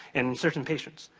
in certain patients.